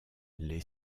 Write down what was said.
les